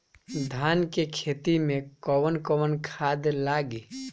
धान के खेती में कवन कवन खाद लागी?